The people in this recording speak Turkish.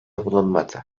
bulunmadı